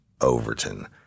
Overton